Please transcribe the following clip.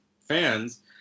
fans